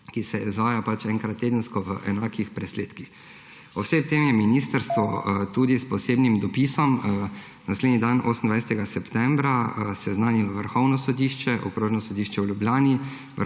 ki se izvaja enkrat tedensko v enakih presledkih. O vsem tem je ministrstvo tudi s posebnim dopisom naslednji dan, 28. septembra, seznanilo Vrhovno sodišče, Okrožno sodišče v Ljubljani,